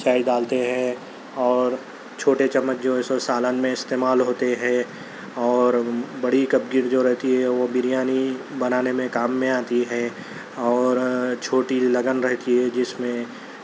چائے ڈالتے ہیں اور چھوٹے چمچ جو ہے سو سالن میں استعمال ہوتے ہیں اور بڑی کفگیر جو رہتی ہے وہ بریانی بنانے میں کام میں آتی ہے اور چھوٹی لگن رہتی ہے جس میں